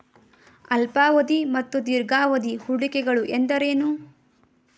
ಅಲ್ಪಾವಧಿ ಮತ್ತು ದೀರ್ಘಾವಧಿ ಹೂಡಿಕೆಗಳು ಎಂದರೇನು?